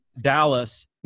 Dallas